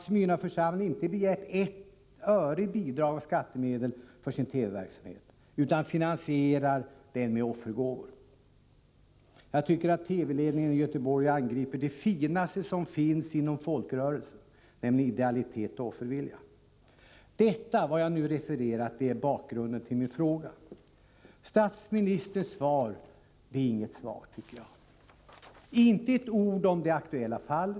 Smyrnaförsamlingen har inte begärt ett öre i bidrag av skattemedel för sin TV-verksamhet utan finansierar den med offergåvor. Jag tycker att TV-ledningen i Göteborg angriper det finaste som finns inom folkrörelserna, nämligen idealiteten och offerviljan. Vad jag nu har refererat är bakgrunden till min fråga. Statsrådets svar är inget svar. Det innehåller inte ett enda ord om det aktuella fallet.